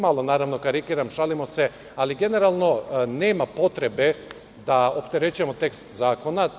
Malo karikiram, šalimo se, ali generalno nema potrebe da opterećujemo tekst zakona.